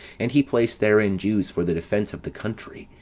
and he placed therein jews for the defence of the country,